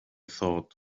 thought